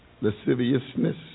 lasciviousness